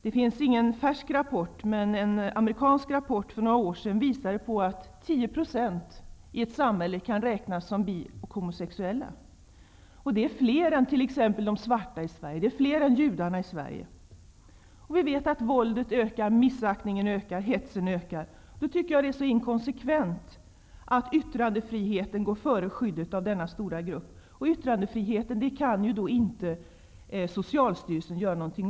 Det finns ingen färsk rapport, men i en några år gammal amerikansk rapport påvisades att 10 % av befolkningen i ett samhälle kan räknas som bi och homosexuell. Det är fler människor än t.ex. den svarta befolkningen i Sverige, och det är fler än den judiska befolkningen i Sverige. När vi vet att våldet ökar, att missaktningen ökar och att hetsen ökar, tycker jag att det är inkonsekvent att yttrandefriheten går före skyddet av denna stora grupp människor. Socialstyrelsen kan ju inte göra något åt yttrandefriheten.